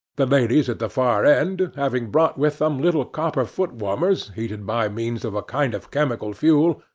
the ladies at the far end, having brought with them little copper foot-warmers heated by means of a kind of chemical fuel,